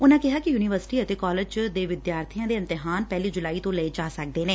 ਉਨੂਾ ਕਿਹਾ ਕਿ ਯੂਨੀਵਰਸਿਟੀ ਅਤੇ ਕਾਲਜ ਵਿਦਿਆਰਬੀਆਂ ਦੇ ਇਮਤਿਹਾਨ ਪਹਿਲੀ ਜੁਲਾਈ ਤੋਂ ਲਏ ਜਾ ਸਕਦੇ ਨੇ